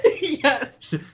yes